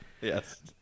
yes